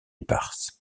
éparses